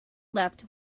left